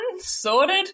sorted